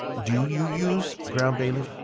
do you use ground bay leaf?